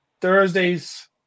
Thursday's